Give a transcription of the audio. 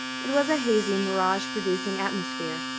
it was a hazy, mirage-producing atmosphere,